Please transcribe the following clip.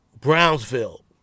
Brownsville